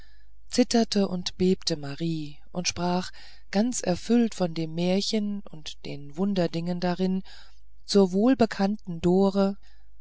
zitterte und bebte marie und sprach ganz erfüllt von dem märchen und den wunderdingen darin zur wohlbekannten dore